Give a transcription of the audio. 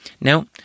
Now